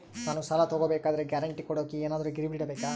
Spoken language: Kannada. ನಾನು ಸಾಲ ತಗೋಬೇಕಾದರೆ ಗ್ಯಾರಂಟಿ ಕೊಡೋಕೆ ಏನಾದ್ರೂ ಗಿರಿವಿ ಇಡಬೇಕಾ?